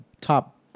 top